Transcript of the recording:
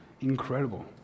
incredible